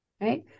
right